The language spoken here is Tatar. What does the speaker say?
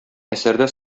әсәрдә